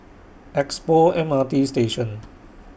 Expo M R T Station